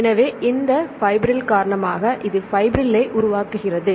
எனவே இந்த ஃபைப்ரில் காரணமாக இது ஃபைப்ரில்ஸை உருவாக்குகிறது